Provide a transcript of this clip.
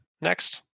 next